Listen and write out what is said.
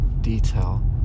detail